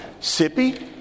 Sippy